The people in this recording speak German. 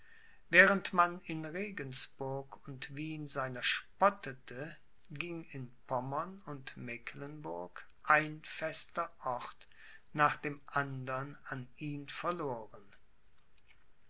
während man in regensburg und wien seiner spottete ging in pommern und mecklenburg ein fester ort nach dem andern an ihn verloren